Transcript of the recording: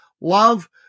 Love